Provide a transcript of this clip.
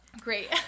Great